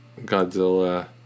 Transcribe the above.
godzilla